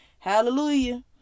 Hallelujah